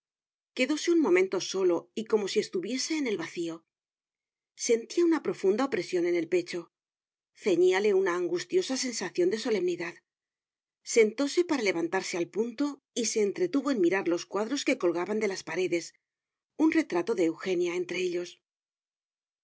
quedóse un momento solo y como si estuviese en el vacío sentía una profunda opresión en el pecho ceñíale una angustiosa sensación de solemnidad sentóse para levantarse al punto y se entretuvo en mirar los cuadros que colgaban de las paredes un retrato de eugenia entre ellos